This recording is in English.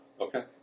Okay